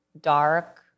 dark